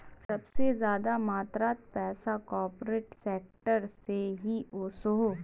सबसे ज्यादा मात्रात पैसा कॉर्पोरेट सेक्टर से ही वोसोह